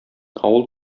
авыл